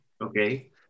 Okay